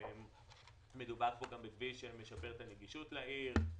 מדובר בכביש שמשפר את הנגישות לעיר,